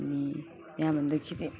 अनि त्यहाँ भन्दाखेरि